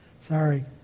Sorry